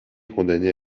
condamné